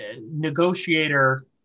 negotiator